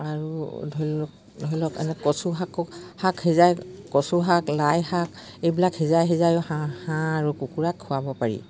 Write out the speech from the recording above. আৰু ধৰি লওক ধৰি লওক এনে কচু শাকো শাক সিজাই কচু শাক লাই শাক এইবিলাক সিজাই সিজাই হাঁহ আৰু কুকুৰা খোৱাব পাৰি